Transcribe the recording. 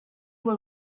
were